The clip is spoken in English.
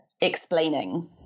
explaining